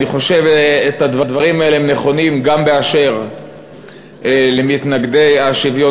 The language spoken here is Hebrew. אני חושב שהדברים האלה נכונים גם באשר למתנגדי השוויון